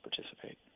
participate